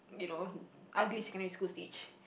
you know ugly secondary school stage